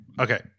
Okay